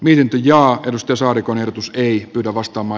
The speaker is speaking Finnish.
vienti ja edustus oli kunnioitus ei ota vastaan ma